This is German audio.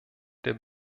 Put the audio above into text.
der